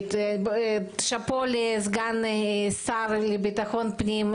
שאפו לסגן לביטחון פנים,